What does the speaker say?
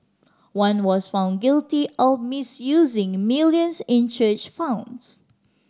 one was found guilty of misusing millions in church funds